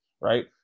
right